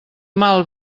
mal